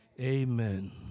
Amen